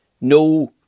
no